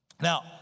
Now